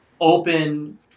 open